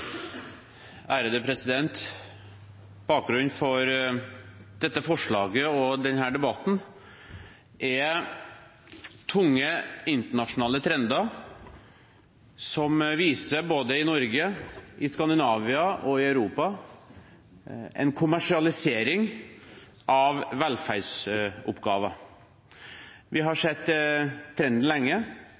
tunge internasjonale trender som både i Norge, i Skandinavia og i Europa viser en kommersialisering av velferdsoppgaver. Vi har sett trenden lenge,